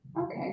Okay